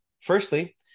Firstly